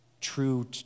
true